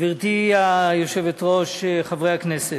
גברתי היושבת-ראש, חברי הכנסת,